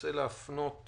רוצה להפנות